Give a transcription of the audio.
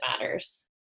matters